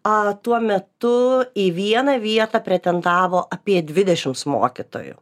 a tuo metu į vieną vietą pretendavo apie dvidešimts mokytojų